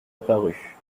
apparu